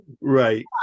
right